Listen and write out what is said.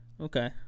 Okay